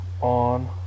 on